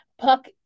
puck